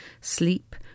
sleep